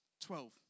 Twelve